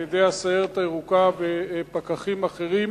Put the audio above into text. על-ידי הסיירת הירוקה ופקחים אחרים